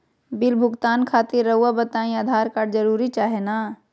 Bill भुगतान खातिर रहुआ बताइं आधार कार्ड जरूर चाहे ना?